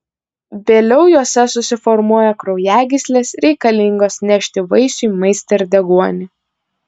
vėliau juose susiformuoja kraujagyslės reikalingos nešti vaisiui maistą ir deguonį